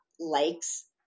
Likes